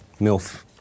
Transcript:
Milf